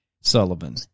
Sullivan